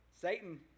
Satan